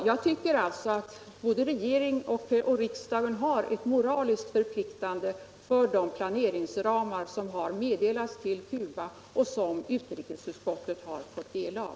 Jag tycker alltså att både regering och riksdag har en moralisk förpliktelse för de planeringsramar som har meddelats till Cuba och som utrikesutskottet har fått det av.